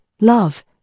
love